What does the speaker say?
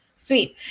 sweet